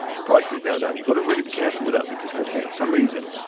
the price is now down. you've got a really be careful with that because hostgator for some reason,